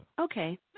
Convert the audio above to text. Okay